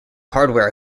hardware